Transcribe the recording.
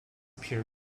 peer